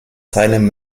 seinem